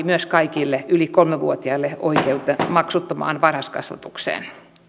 myös kaikille yli kolme vuotiaille oikeutta maksuttomaan varhaiskasvatukseen